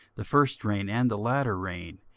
the first rain and the latter rain,